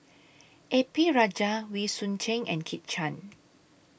A P Rajah Wee Choon Seng and Kit Chan